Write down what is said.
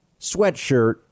sweatshirt